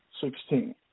Sixteen